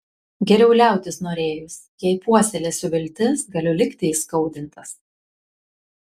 geriau liautis norėjus jei puoselėsiu viltis galiu likti įskaudintas